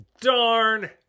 darn